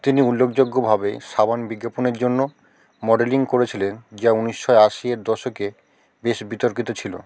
তিনি উল্লেখযোগ্যভাবে সাবান বিজ্ঞাপনের জন্য মডেলিং করেছিলেন যা উনিশশো আশি এর দশকে বেশ বিতর্কিত ছিলো